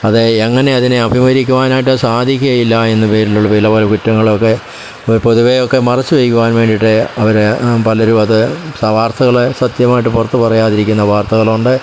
അതേ എങ്ങനെ അതിനെ അഭിമുഖീകരിക്കുവാനായിട്ട് സാധിക്കുകയില്ല എന്ന പേരിലുള്ള പേരിൽ പല കുറ്റങ്ങളൊക്കെ പൊതുവെയൊക്കെ മറച്ചുവെക്കുവാൻവേണ്ടിട്ട് അവര് പലരുവത് സവാർത്തകള് സത്യമായിട്ടും പൊറത്ത് പറയാതിരിക്കുന്ന വാർത്തകളുണ്ട്